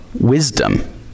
wisdom